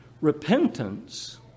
repentance